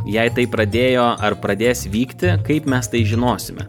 jei tai pradėjo ar pradės vykti kaip mes tai žinosime